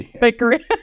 bakery